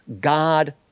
God